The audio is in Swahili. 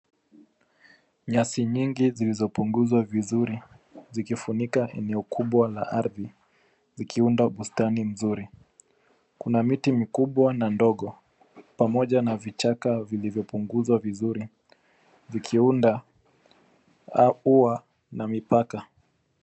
Nyasi nyingi zilizopunguzwa vizuri zimefunika eneo kubwa la ardhi zikiunda bustani mzuri. Kuna miti mikubwa na ndogo pamoja na vichaka vilivyopunguzwa vizuri vikiunda ua na mipaka.